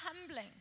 humbling